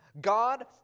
God